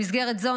במסגרת זו,